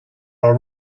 are